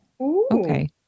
Okay